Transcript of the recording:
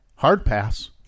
hardpass